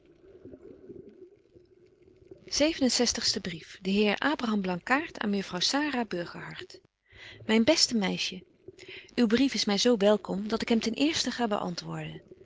zestigste brief de heer abraham blankaart aan mejuffrouw sara burgerhart myn beste meisje uw brief is my zo welkom dat ik hem ten eersten ga beantwoorden